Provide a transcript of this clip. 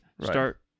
start